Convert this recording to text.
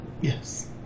Yes